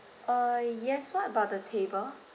uh yes what about the table